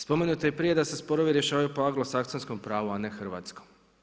Spomenuto je i prije da se sporovi rješavaju po anglosaksonskom pravu a ne hrvatskom.